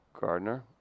Gardner